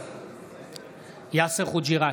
בעד יאסר חוג'יראת,